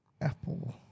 Apple